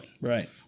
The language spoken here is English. right